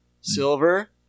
Silver